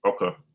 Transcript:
Okay